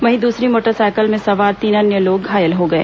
वहीं दूसरी मोटरसाइकिल में सवार तीन अन्य लोग घायल हो गए